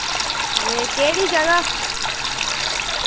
हां ते केह्ड़ी जगह